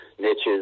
niches